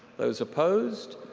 those opposed?